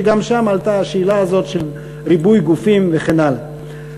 וגם שם עלתה השאלה הזאת של ריבוי גופים וכן הלאה.